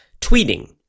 tweeting